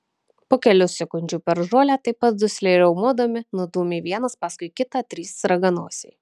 po kelių sekundžių per žolę taip pat dusliai riaumodami nudūmė vienas paskui kitą trys raganosiai